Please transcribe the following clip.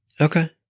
Okay